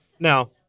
Now